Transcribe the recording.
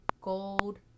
gold